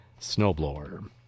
snowblower